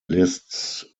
lists